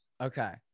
okay